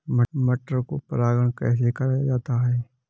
मटर को परागण कैसे कराया जाता है?